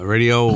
Radio